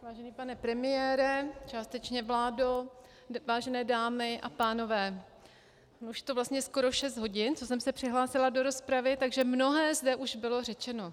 Vážený pane premiére, částečně vládo, vážené dámy a pánové, už je to vlastně skoro šest hodin, co jsem se přihlásila do rozpravy, takže mnohé zde už bylo řečeno.